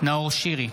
נאור שירי,